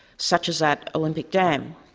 such as at olympic dam.